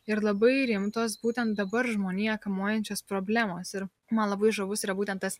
ir labai rimtos būtent dabar žmoniją kamuojančios problemos ir man labai žavus yra būtent tas